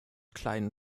kleinen